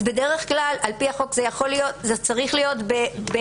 בדרך כלל על פי החוק זה צריך להיות בעדים.